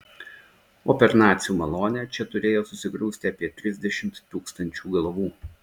o per nacių malonę čia turėjo susigrūsti apie trisdešimt tūkstančių galvų